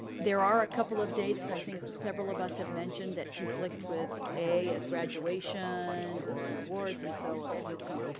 there are ah couple of dates that i think several of us have mentioned that conflict with a, a graduation or an awards, and so, if ah you'll come.